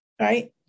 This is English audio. Right